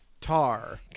Tar